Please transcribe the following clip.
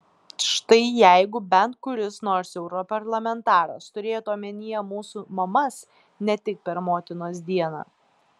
štai jeigu bent kuris nors europarlamentaras turėtų omenyje mūsų mamas ne tik per motinos dieną